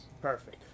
Perfect